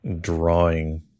drawing